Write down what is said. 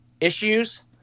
issues